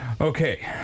Okay